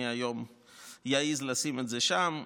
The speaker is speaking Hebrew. מי היום יעז לשים את זה שם,